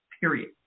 period